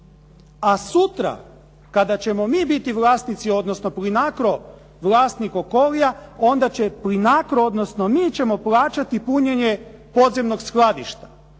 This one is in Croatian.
a sutra kada ćemo mi biti vlasnici, odnosno Plinacro vlasnik Okolija, onda će Plinacro, odnosno mi ćemo plaćati punjenje podzemnog skladišta.